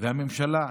והממשלה,